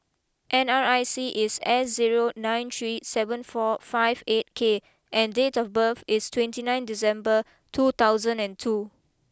N R I C is S zero nine three seven four five eight K and date of birth is twenty nine December two thousand and two